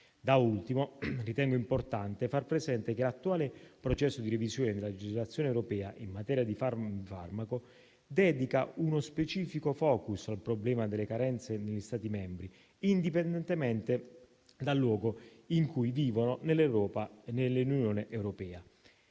Da ultimo, ritengo importante far presente che l'attuale processo di revisione della legislazione europea in materia di farmaco dedica uno specifico *focus* al problema delle carenze negli Stati membri, indipendentemente dal luogo in cui vivono nell'Unione europea.